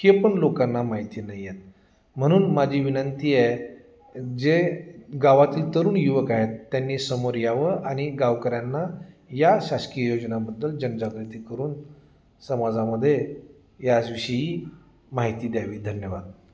हे पण लोकांना माहिती नाही आहे म्हणून माझी विनंती आहे जे गावातील तरुण युवक आहेत त्यांनी समोर यावं आणि गावकऱ्यांना या शासकीय योजनाबद्दल जनजागृती करून समाजामध्ये याचविषयी माहिती द्यावी धन्यवाद